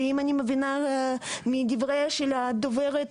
אם אני מבינה מדבריה של הדוברת